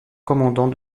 commandant